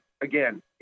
again